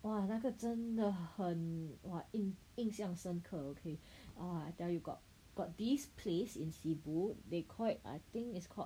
!wah! 那个真的很 !whoa! eh 印象深刻 okay ah I tell you got got this place in Cebu they call it I think it's called